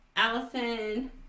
Allison